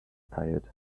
tired